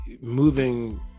moving